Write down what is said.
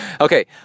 Okay